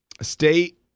state